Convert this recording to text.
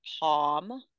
palm